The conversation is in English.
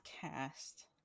cast